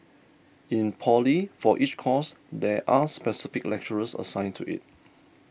in poly for each course there are specific lecturers assigned to it